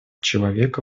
человека